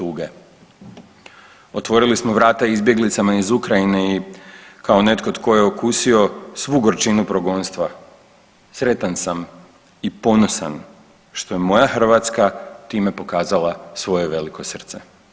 Otvorili smo vrata izbjeglicama iz Ukrajine i kao netko tko je okusio svu gorčinu progonstva sretan sam i ponosan što je moja Hrvatska time pokazala svoje veliko srce.